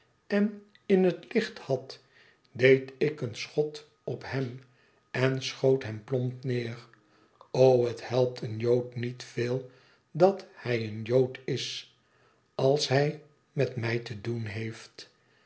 en in het licht had deed ik een schot op hem en schoot hem plomp neer o het helpt een jood niet veel dat hij een jood is als hij met mij te doen heeft